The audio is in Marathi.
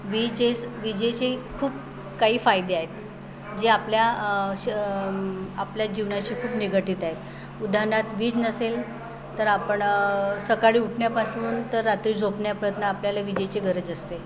विजेस विजेचे खूप काही फायदे आहेत जे आपल्या श आपल्या जीवनाशी खूप निगडित आहेत उदाहरणार्थ वीज नसेल तर आपण सकाळी उठण्यापासून ते रात्री झोपण्या प्रयत्न आपल्याला विजेची गरज असते